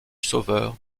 sauveur